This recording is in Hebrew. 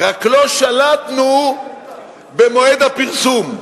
רק לא שלטנו במועד הפרסום.